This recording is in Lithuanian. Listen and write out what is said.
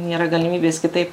nėra galimybės kitaip